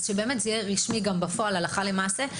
אז שזה באמת רשמי בפועל והלכה למעשה.